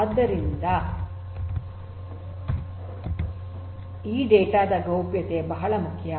ಆದ್ದರಿಂದ ಈ ಡೇಟಾ ದ ಗೌಪ್ಯತೆ ಬಹಳ ಮುಖ್ಯ